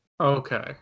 Okay